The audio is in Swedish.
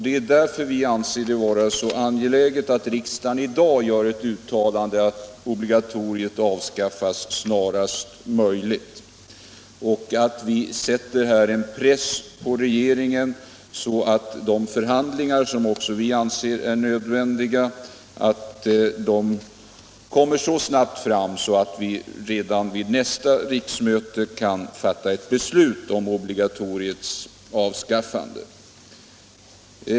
Det är därför vi anser det vara så angeläget att riksdagen redan i dag gör ett uttalande att obligatoriet skall avskaffas snarast möjligt och att vi sätter en press på regeringen, så att de förhandlingar som också vi anser vara nödvändiga kommer till stånd så snabbt att vi redan vid nästa riksmöte kan fatta ett beslut om obligatoriets avskaffande.